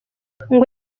ngo